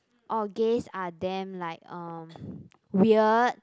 or gays damn like uh weird